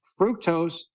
fructose